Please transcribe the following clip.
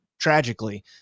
tragically